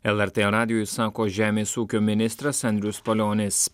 lrt radijui sako žemės ūkio ministras andrius palionis